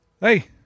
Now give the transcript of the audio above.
Hey